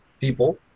people